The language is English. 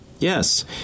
Yes